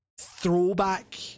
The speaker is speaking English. throwback